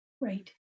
Right